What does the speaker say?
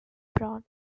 born